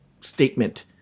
statement